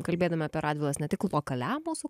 kalbėdami apie radvilas ne tik lokaliam mūsų